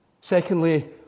Secondly